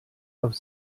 auf